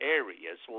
areas